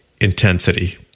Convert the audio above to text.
intensity